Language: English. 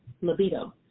libido